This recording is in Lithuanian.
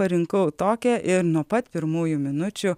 parinkau tokią ir nuo pat pirmųjų minučių